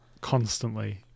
constantly